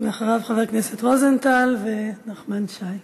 ואחריו חבר הכנסת רוזנטל, ונחמן שי.